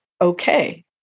okay